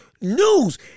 news